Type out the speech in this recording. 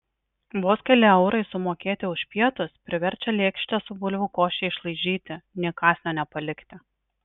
vos keli eurai sumokėti už pietus priverčia lėkštę su bulvių koše išlaižyti nė kąsnio nepalikti